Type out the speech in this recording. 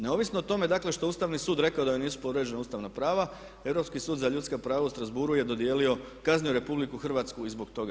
Neovisno o tome dakle što je ustavni sud rekao da joj nisu povrijeđena ustavna prava Europski sud za ljudska prava u Strasbourgu je dodijelio, kaznio RH i zbog toga.